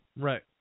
right